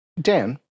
Dan